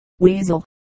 weasel